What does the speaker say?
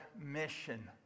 mission